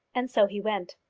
and so he went.